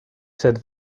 said